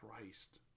Christ